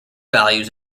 values